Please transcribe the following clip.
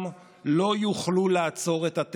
והינה, מגיע חוק נורבגי נוסף.